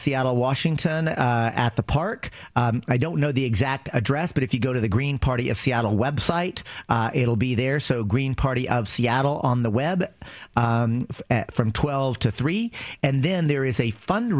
seattle washington at the park i don't know the exact address but if you go to the green party of seattle website it'll be there so green party of seattle on the web from twelve to three and then there is a fund